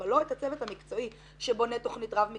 אבל לא את הצוות המקצועי שבונה תכנית רב מקצועית,